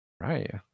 Right